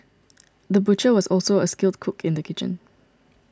the butcher was also a skilled cook in the kitchen